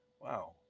Wow